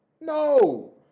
No